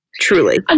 truly